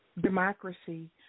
democracy